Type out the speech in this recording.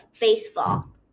baseball